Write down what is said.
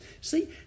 See